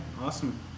Awesome